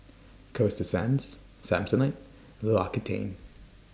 Coasta Sands Samsonite L'Occitane